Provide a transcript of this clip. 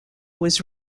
was